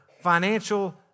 financial